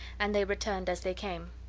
and they returned as they came.